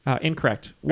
Incorrect